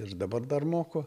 ir dabar dar moku